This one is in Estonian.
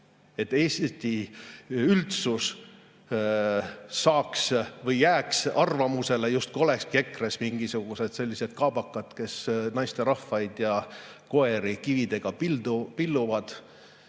et Eesti üldsus jääks arvamusele, justkui olekski EKRE‑s mingisugused sellised kaabakad, kes naisterahvaid ja koeri kividega pilluvad.